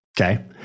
Okay